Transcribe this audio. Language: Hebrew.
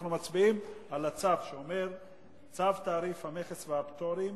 אנחנו מצביעים על צו תעריף המכס והפטורים